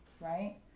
Right